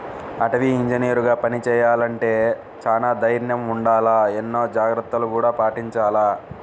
అటవీ ఇంజనీరుగా పని చెయ్యాలంటే చానా దైర్నం ఉండాల, ఎన్నో జాగర్తలను గూడా పాటించాల